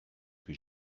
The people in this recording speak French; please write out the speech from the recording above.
que